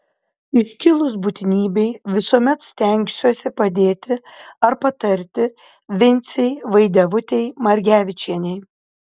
iškilus būtinybei visuomet stengsiuosi padėti ar patarti vincei vaidevutei margevičienei